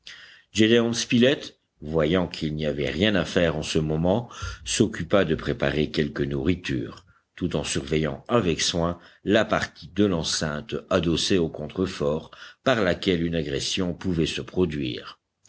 gédéon spilett voyant qu'il n'y avait rien à faire en ce moment s'occupa de préparer quelque nourriture tout en surveillant avec soin la partie de l'enceinte adossée au contrefort par laquelle une agression pouvait se produire